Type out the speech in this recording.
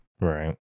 right